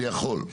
זה יכול.